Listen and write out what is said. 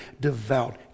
devout